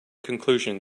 conclusion